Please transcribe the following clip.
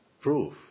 proof